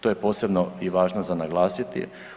To je posebno i važno za naglasiti.